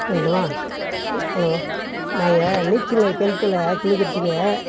சொல்லட்டுமா ஹலோ நாங்கள் நீச்சல்லு கிணத்துல குளிக்கிறதுக்கு